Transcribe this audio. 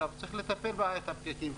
צריך לטפל בפקקים.